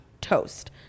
toast